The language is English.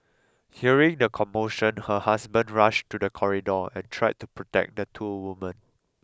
hearing the commotion her husband rushed to the corridor and tried to protect the two women